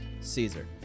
Caesar